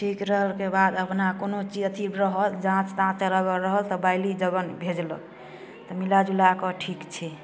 ठीक रहला के बाद अपना कोनो चीज अथी रहल जाँच ताँच तऽ अगर रहल तऽ बाइलि जगह भेजलक तऽ मिला जुला कऽ ठीक छै